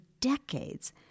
decades